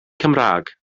cymraeg